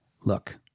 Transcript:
Look